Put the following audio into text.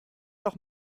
doch